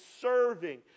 serving